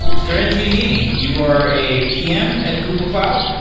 steren giannini, you are a pm at google cloud.